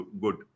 good